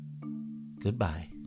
Goodbye